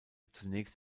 zunächst